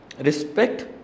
Respect